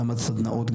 גם סדנאות,